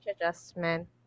adjustment